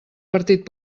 partit